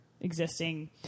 existing